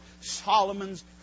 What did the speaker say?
Solomon's